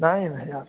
nine हज़ार